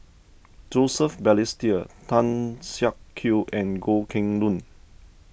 Joseph Balestier Tan Siak Kew and Goh Kheng Long